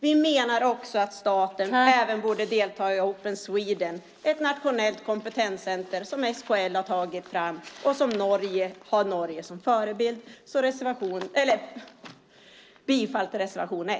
Vi menar också att staten borde delta i Open Sweden, ett nationellt kompetenscenter som SKL har tagit fram och som har Norge som förebild. Bifall till reservation 1!